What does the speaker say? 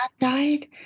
died